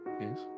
Yes